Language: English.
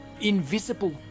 invisible